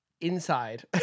inside